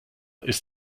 ist